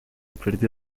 perdió